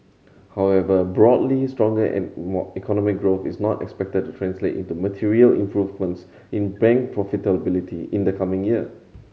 however broadly stronger and more economic growth is not expected to translate into material improvements in bank profitability in the coming year